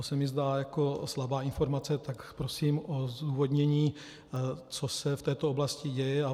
To se mi zdá jako slabá informace, tak prosím o zdůvodnění, co se v této oblasti děje.